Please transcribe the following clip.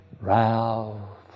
Ralph